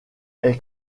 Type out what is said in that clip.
est